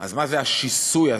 אז מה זה השיסוי הזה?